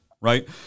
right